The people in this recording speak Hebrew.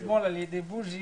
עודכנתי אתמול על ידי בוג'י